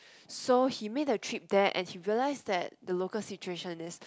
so he made a trip there and he realize that the local situation is